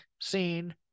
scene